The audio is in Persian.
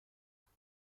اومد